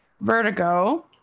Vertigo